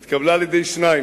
היא התקבלה על-ידי שניים: